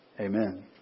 Amen